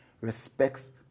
respects